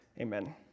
Amen